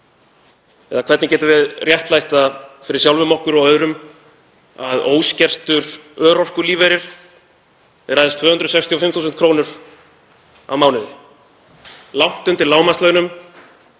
Eða hvernig getum við réttlætt það fyrir sjálfum okkur og öðrum að óskertur örorkulífeyrir sé aðeins 265.000 kr. á mánuði, langt undir lágmarkslaunum,